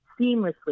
seamlessly